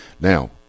Now